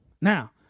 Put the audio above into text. Now